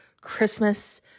Christmas